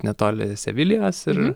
netoli sevilijos ir